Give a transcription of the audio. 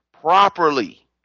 properly